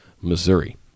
Missouri